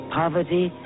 poverty